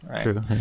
True